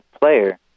player